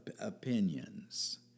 Opinions